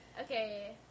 Okay